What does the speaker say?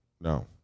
no